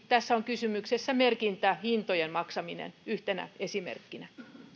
tässä on kysymyksessä esimerkiksi merkintähintojen maksaminen yhtenä esimerkkinä